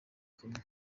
kumwe